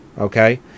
okay